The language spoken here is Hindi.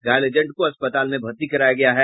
घायल एजेंट को अस्पताल में भर्ती कराया गया है